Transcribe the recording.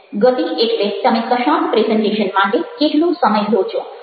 ગતિ એટલે તમે કશાક પ્રેઝન્ટેશન માટે કેટલો સમય લો છો